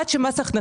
עד שמס הכנסה